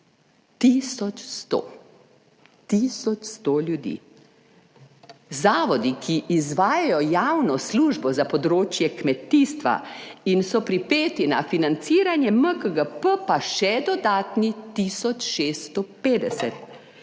100 ljudi. Zavodi, ki izvajajo javno službo za področje kmetijstva in so pripeti na financiranje MKGP pa še dodatni 14.